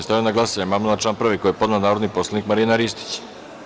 Stavljam na glasanje amandman na član 1. koji je podnela narodni poslanik Marina Ristić.